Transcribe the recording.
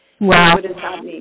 Wow